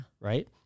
Right